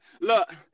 Look